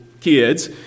kids